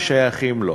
ששייכים לו.